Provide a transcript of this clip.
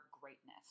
greatness